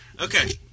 Okay